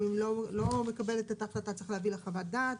היא לא מקבלת את ההחלטה צריך להביא לה חוות דעת